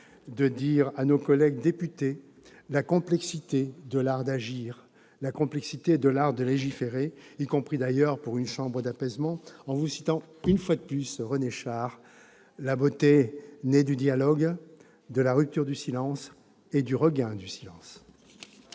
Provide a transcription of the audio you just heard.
de dire à nos collègues députés la complexité de l'art d'agir, de légiférer, y compris d'ailleurs pour une chambre d'apaisement, en citant une fois de plus René Char :« La beauté naît du dialogue, de la rupture du silence et du regain du silence